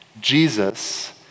Jesus